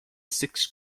six